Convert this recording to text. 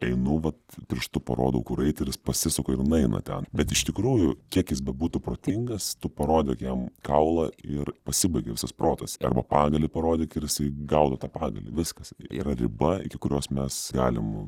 einu vat pirštu parodau kur eit ir jis pasisuka ir nueina ten bet iš tikrųjų kiek jis bebūtų protingas tu parodai jam kaulą ir pasibaigia visas protas arba pagalį parodyk ir jisai gaudo tą pagalį viskas yra riba iki kurios mes galim